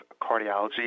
cardiology